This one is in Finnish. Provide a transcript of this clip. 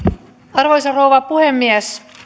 arvoisa rouva puhemies